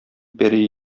пәрие